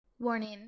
Warning